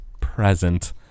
present